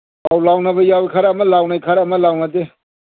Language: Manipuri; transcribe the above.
ꯑꯥꯎ ꯂꯥꯎꯅꯕ ꯌꯥꯎꯋꯤ ꯈꯔ ꯑꯃ ꯂꯥꯎꯅꯩ ꯈꯔ ꯑꯃ ꯂꯥꯎꯅꯗꯦ